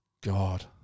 God